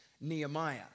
Nehemiah